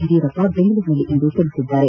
ಯಡಿಯೂರಪ್ಪ ಬೆಂಗಳೂರಿನಲ್ಲಿಂದು ತಿಳಿಸಿದ್ದಾರೆ